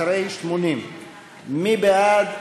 אחרי 80. מי בעד?